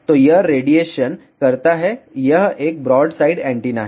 तो यह रेडिएशन करता है यह एक ब्रॉडसाइड एंटीना है